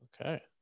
okay